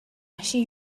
машин